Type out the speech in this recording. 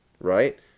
Right